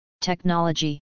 Technology